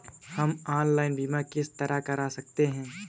हम ऑनलाइन बीमा किस तरह कर सकते हैं?